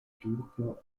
turco